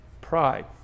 Pride